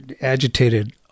agitated